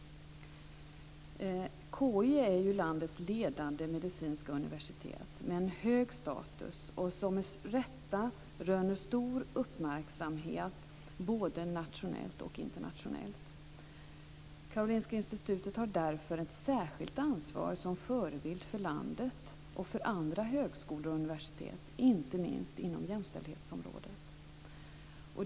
KI är landets ledande medicinska universitet. Det har en hög status och röner med rätta stor uppmärksamhet både nationellt och internationellt. Karolinska institutet har därför ett särskilt ansvar som förebild för landet och för andra högskolor och universitet, inte minst inom jämställdhetsområdet.